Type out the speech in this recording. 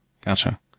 gotcha